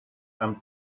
and